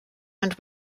and